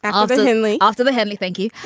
um only after the hennelly. thank you.